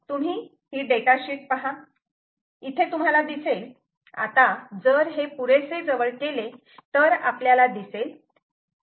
तुम्ही ही data sheet पहा इथे तुम्हाला दिसेल आता जर हे पुरेसे जवळ केले तर आपल्याला दिसेल